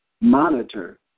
monitor